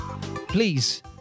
Please